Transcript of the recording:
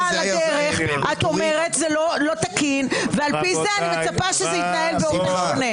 לדרך את אומרת שזה לא תקין ושאת מצפה שזה יתנהל באופן שונה?